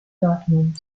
dortmund